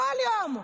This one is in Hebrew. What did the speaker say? כל יום.